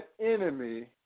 enemy